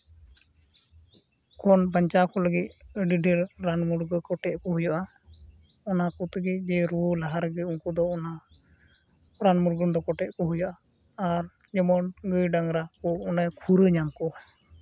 ᱠᱷᱚᱱ ᱵᱟᱧᱪᱟᱣ ᱠᱚ ᱞᱟᱹᱜᱤᱫ ᱟᱹᱰᱤ ᱰᱷᱮᱨ ᱨᱟᱱᱼᱢᱩᱨᱜᱟᱹᱱ ᱠᱚ ᱠᱚᱴᱮᱡ ᱟᱠᱚ ᱦᱩᱭᱩᱜᱼᱟ ᱚᱱᱟ ᱠᱚ ᱛᱮᱜᱮ ᱡᱮ ᱨᱩᱣᱟᱹ ᱞᱟᱦᱟ ᱨᱮᱜᱮ ᱩᱱᱠᱩ ᱫᱚ ᱚᱱᱟ ᱨᱟᱱᱼᱢᱩᱨᱜᱟᱹᱱ ᱫᱚ ᱠᱚᱴᱮᱡ ᱟᱠᱚ ᱦᱩᱭᱩᱜᱼᱟ ᱟᱨ ᱡᱮᱢᱚᱱ ᱜᱟᱹᱭ ᱰᱟᱝᱨᱟ ᱠᱚ ᱚᱱᱮ ᱠᱷᱩᱨᱟᱹ ᱧᱟᱢ ᱠᱚᱣᱟ